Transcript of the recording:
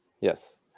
yes